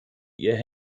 ihr